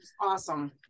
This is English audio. Awesome